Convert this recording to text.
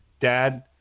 Dad